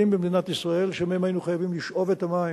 במדינת ישראל שמהם היינו חייבים לשאוב את המים,